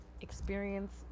experience